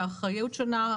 באחריות שונה,